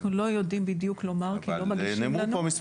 אנחנו לא יודעים בדיוק לומר כי לא מגישים לנו.